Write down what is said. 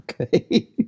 okay